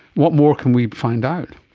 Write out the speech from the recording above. what more can we find out?